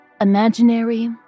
imaginary